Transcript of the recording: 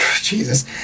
Jesus